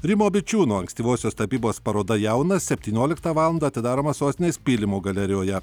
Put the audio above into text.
rimo bičiūno ankstyvosios tapybos paroda jaunas septynioliktą valandą atidaroma sostinės pylimo galerijoje